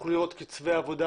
תוכלו לראות קצבי עבודה